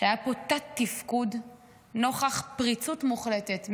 שהיה פה תת-תפקוד נוכח פריצות מוחלטת,